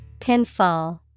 Pinfall